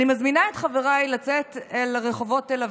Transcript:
אני מזמינה את חבריי לצאת אל רחובות תל אביב,